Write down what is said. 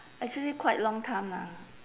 actually quite long time lah